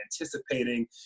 anticipating